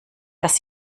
dass